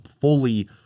fully –